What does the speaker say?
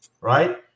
right